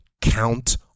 Count